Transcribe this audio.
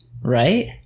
right